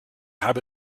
habe